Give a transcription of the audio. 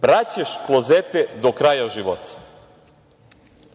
Praćeš klozete do kraja života. Vrhunac